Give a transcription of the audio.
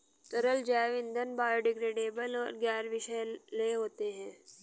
तरल जैव ईंधन बायोडिग्रेडेबल और गैर विषैले होते हैं